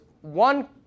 one